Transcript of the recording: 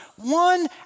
One